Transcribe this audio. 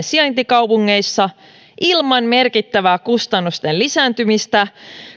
sijaintikaupungeissa ilman merkittävää kustannusten lisääntymistä